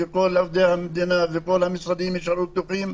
וכל עובדי המדינה וכל המשרדים יישארו פתוחים,